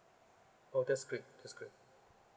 oh that's great that's great